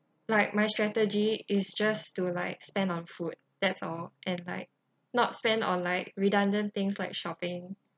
like my strategy is just to like spend on food that's all and like not spend on like redundant things like shopping